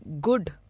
good